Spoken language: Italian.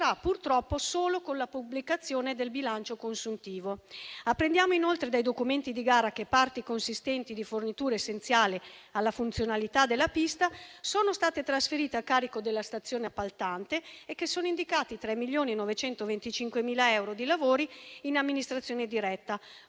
purtroppo solo con la pubblicazione del bilancio consuntivo. Apprendiamo inoltre dai documenti di gara che parti consistenti di forniture essenziali alla funzionalità della pista sono state trasferite a carico della stazione appaltante e che sono indicati 3.925.000 euro di lavori in amministrazione diretta,